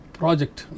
project